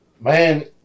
man